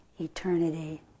eternity